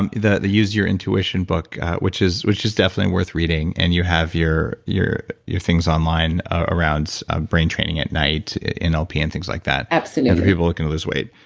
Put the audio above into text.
and the the use your intuition book which is which is definitely worth reading and you have your your your things online around brain training at night in nlp and things like that absolutely. for people who can lose weight.